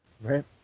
right